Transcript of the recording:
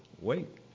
wait